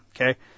Okay